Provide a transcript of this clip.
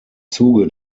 zuge